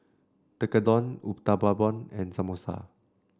Tekkadon Uthapam and Samosa